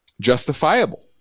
justifiable